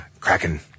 kraken